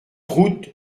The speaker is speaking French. route